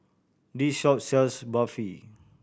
this shop sells Barfi